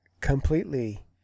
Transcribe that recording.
completely